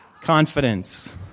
Confidence